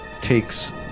takes